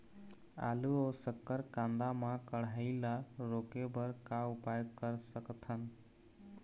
आलू अऊ शक्कर कांदा मा कढ़ाई ला रोके बर का उपाय कर सकथन?